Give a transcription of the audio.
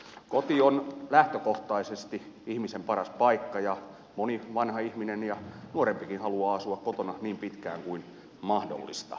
koti on lähtökohtaisesti ihmisen paras paikka ja moni vanha ihminen ja nuorempikin haluaa asua kotona niin pitkään kuin mahdollista